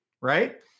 Right